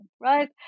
right